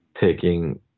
taking